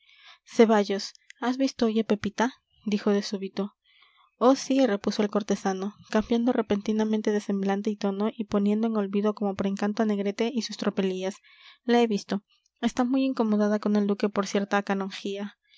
ceballos has visto hoy a pepita dijo de súbito oh sí repuso el cortesano cambiando repentinamente de semblante y tono y poniendo en olvido como por encanto a negrete y sus tropelías la he visto está muy incomodada con el duque por cierta canonjía